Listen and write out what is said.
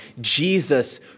Jesus